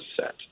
set